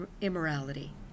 immorality